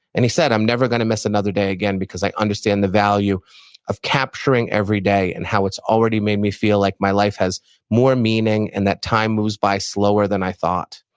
and he said, i'm never going to miss another day again because i understand the value of capturing every day and how it's already made me feel like my life has more meaning and that time moves by slower than i thought.